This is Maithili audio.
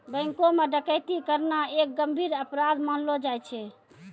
बैंको म डकैती करना एक गंभीर अपराध मानलो जाय छै